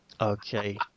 Okay